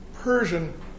Persian